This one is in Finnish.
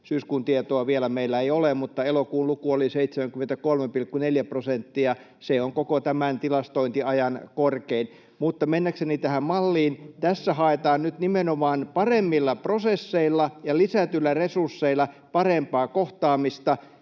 syyskuun tietoa meillä ei vielä ole: elokuun luku oli 73,4 prosenttia, se on koko tämän tilastointiajan korkein. Mutta mennäkseni tähän malliin: Tässä haetaan nyt nimenomaan paremmilla prosesseilla ja lisätyillä resursseilla parempaa kohtaamista.